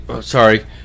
sorry